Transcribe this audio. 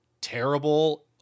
terrible